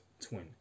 twin